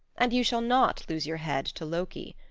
and you shall not lose your head to loki.